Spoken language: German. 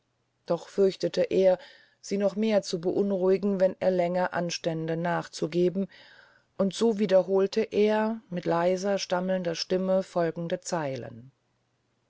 doch fürchtete er sie noch mehr zu beunruhigen wenn er länger anstände nachzugeben und so wiederholt er mit leiser stammelnder stimme folgende zeilen